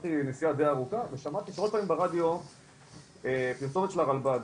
התחלתי נסיעה די ארוכה ושמעתי ברדיו פרסומת של הרלב"ד